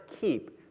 keep